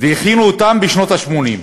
והכינו אותן בשנות ה-80,